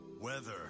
Weather